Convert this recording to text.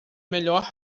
melhor